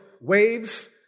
waves